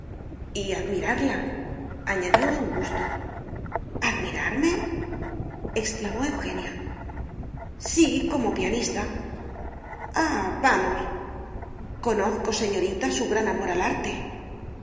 y admirarla añadió augusto admirarme exclamó eugenia sí como pianista ah vamos conozco señorita su gran amor al arte